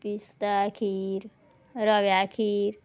पिस्ता खीर रव्या खीर